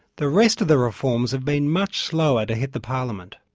the rest of the reforms have been much slower to hit the parliament.